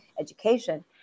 education